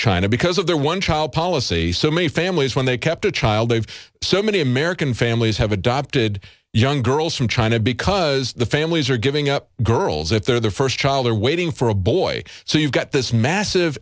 china because of their one child policy so many families when they kept a child they've so many american families have adopted young girls from china because the families are giving up girls if they're the first child or waiting for a boy so you've got this massive